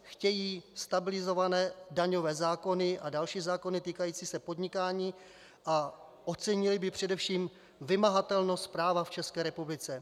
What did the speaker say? Chtějí stabilizované daňové zákony a další zákony týkající se podnikání a ocenili by především vymahatelnost práva v České republice.